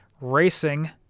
racing